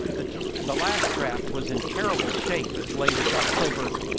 the the last draft was in terrible shape as late as october,